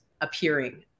appearing